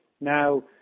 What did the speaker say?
Now